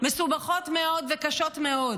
מסובכות מאוד וקשות מאוד,